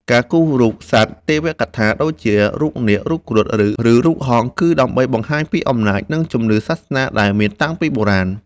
ការគូររូប សត្វទេវកថា ដូចជា រូបនាគ រូបគ្រុឌ ឬរូបហង្ស គឺដើម្បីបង្ហាញពីអំណាច និងជំនឿសាសនាដែលមានតាំងពីបុរាណ។